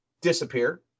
disappear